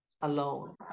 alone